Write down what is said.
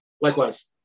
Likewise